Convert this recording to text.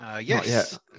Yes